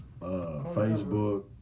Facebook